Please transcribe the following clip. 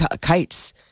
kites